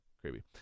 creepy